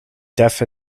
deaf